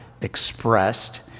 expressed